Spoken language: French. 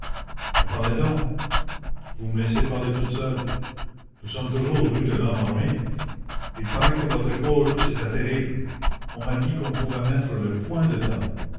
mais parlez donc vous me laissez parler toute seule nous sommes toujours rue de lhomme armé il paraît que votre épaule c'était terrible on m'a dit qu'on pouvait mettre le poing dedans